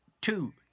two